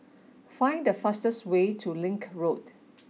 find the fastest way to Link Road